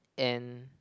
and